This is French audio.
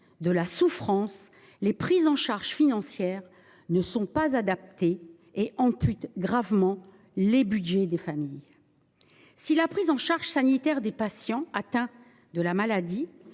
de la souffrance, les prises en charge financières ne sont pas adaptées, ce qui ampute gravement le budget des familles. Si la prise en charge sanitaire des patients atteints de la maladie